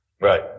Right